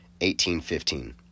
1815